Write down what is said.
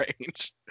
range